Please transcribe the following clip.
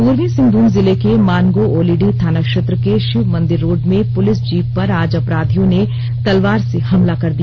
पूर्वी सिंहभूम जिले के मानगो ओलीडीह थाना क्षेत्र के शिव मंदिर रोड में पूलिस जीप पर आज अपराधियों ने तलवार से हमला कर दिया